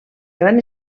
gran